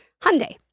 Hyundai